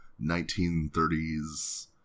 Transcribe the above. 1930s